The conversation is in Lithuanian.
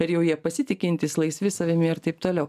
ir jau jie pasitikintys laisvi savimi ir taip toliau